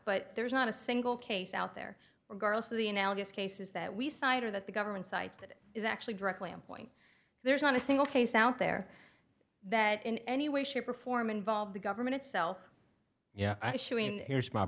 but there's not a single case out there regardless of the analogous cases that we cite or that the government sites that it is actually directly on point there's not a single case out there that in any way shape or form involved the government itself yeah